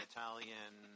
Italian